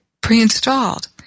pre-installed